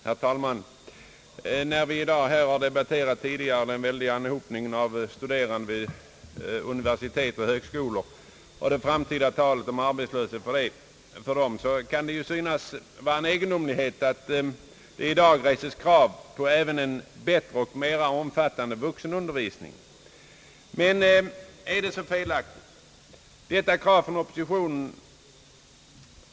Herr talman! När vi tidigare här i dag debatterat den väldiga anhopningen av studerande vid universitet och högskolor och talet om en framtida arbetslöshet för dessa, kan det synas vara en egendomlighet att det i dag reses krav på även en bättre och mera omfattande vuxenundervisning. Men är det så felaktigt, detta krav från oppositionen?